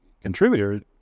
contributor